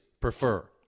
prefer